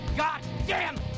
goddamn